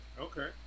Okay